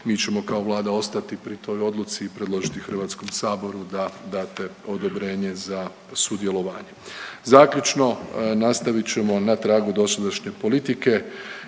Mi ćemo kao Vlada ostati pri toj odluci i predložiti Hrvatskom saboru da dade odobrenje za sudjelovanje. Zaključno. Nastavit ćemo na tragu dosadašnje politike